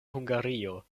hungario